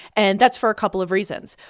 and that's for a couple of reasons.